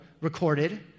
recorded